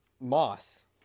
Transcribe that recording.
moss